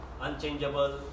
unchangeable